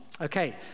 Okay